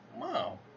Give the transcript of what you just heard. Wow